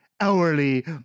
hourly